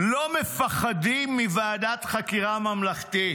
לא מפחדים מוועדת חקירה ממלכתית.